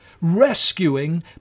Rescuing